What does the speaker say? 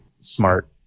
smart